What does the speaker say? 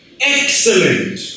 excellent